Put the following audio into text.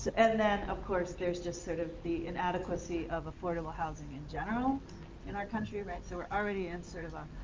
and then of course, there's just sort of the inadequacy of affordable housing in general in our country, right? so, we're already in. sort of ah